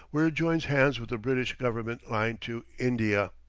where it joins hands with the british government line to india.